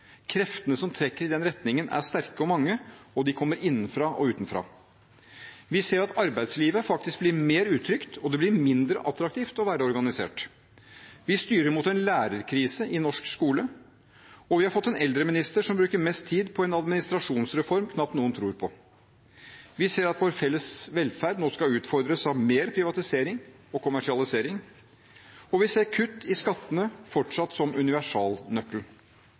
kreftene som trekker i den retningen, er sterke og mange, og de kommer innenfra og utenfra. Vi ser at arbeidslivet faktisk blir mer utrygt, og det blir mindre attraktivt å være organisert. Vi styrer mot en lærerkrise i norsk skole. Vi har fått en eldreminister som bruker mest tid på en administrasjonsreform knapt noen tror på. Vi ser at vår felles velferd nå skal utfordres av mer privatisering og kommersialisering. Vi ser at kutt i skattene fortsatt er universalnøkkelen. Vi ser at viktige norske fortrinn, som